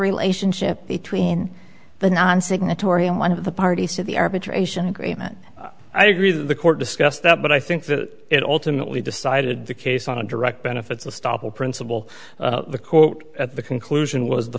relationship between the non signatory on one of the parties to the arbitration agreement i agree that the court discussed that but i think that it ultimately decided the case on direct benefits of stoppel principle the court at the conclusion was the